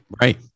Right